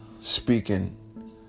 speaking